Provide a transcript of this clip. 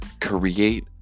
Create